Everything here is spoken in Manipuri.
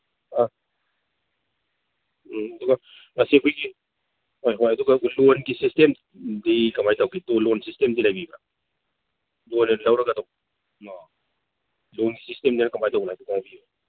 ꯑ ꯎꯝ ꯑꯗꯨꯒ ꯉꯁꯤ ꯑꯩꯈꯣꯏꯒꯤ ꯍꯣꯏ ꯍꯣꯏ ꯑꯗꯨꯒ ꯂꯣꯟꯒꯤ ꯁꯤꯁꯇꯦꯝꯗꯤ ꯀꯃꯥꯏ ꯇꯧꯒꯦ ꯂꯣꯟ ꯁꯤꯁꯇꯦꯝꯗꯤ ꯂꯩꯕꯤꯕ꯭ꯔꯥ ꯂꯣꯟ ꯑꯣꯏꯅ ꯂꯧꯔꯒ ꯑꯗꯨꯝ ꯑ ꯂꯣꯟꯒꯤ ꯁꯤꯁꯇꯦꯝꯗꯤ ꯀꯃꯥꯏ ꯇꯧꯕꯅꯣ ꯍꯥꯏꯐꯦꯠꯇꯪ ꯍꯥꯏꯕꯤꯌꯨꯅꯦ